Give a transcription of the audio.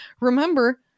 remember